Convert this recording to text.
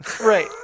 Right